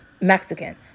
Mexican